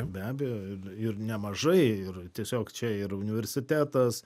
be abejo ir ir nemažai ir tiesiog čia ir universitetas